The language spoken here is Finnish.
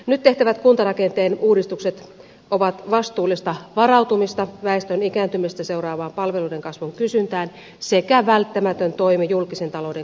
nyt tehtävät kuntarakenteen uudistukset ovat vastuullista varautumista väestön ikääntymistä seuraavaan palveluiden kasvun kysyntään sekä välttämätön toimi julkisen talouden kohentamiseksi